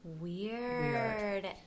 Weird